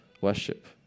worship